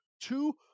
two